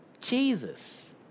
Jesus